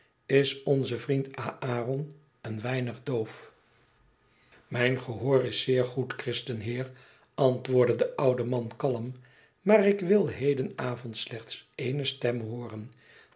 is onze vriend aaron een weinig doof mijn gehoor is zeer goed christenheer antwoorde de oude man kalm maar ik wil heden avond slechts ééne stem hooren